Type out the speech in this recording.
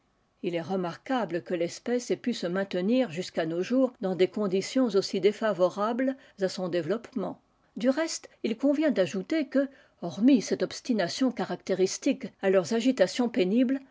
il est remarquable que l'espèce ait pu se maintenir jusqu'à nos jours dans des conditions aussi défavorables à son développement du reste il convient d'ajouter que hormis cette obstination caractéristique à leurs agitations pénibles